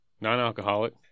Non-alcoholic